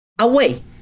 away